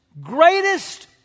greatest